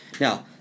now